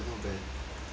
then your